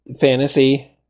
fantasy